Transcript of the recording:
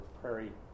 prairie